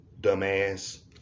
dumbass